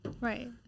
Right